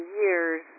years